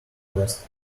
west